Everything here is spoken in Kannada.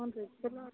ಹ್ಞೂ ರೀ ಚೊಲೋ